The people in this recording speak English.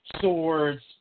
swords